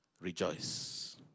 Rejoice